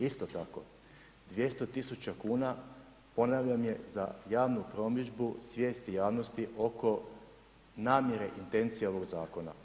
Isto tako, 200 tisuća kuna ponavljan je za javnu promidžbu, svijesti javnosti, oko namjere intencija ovog zakona.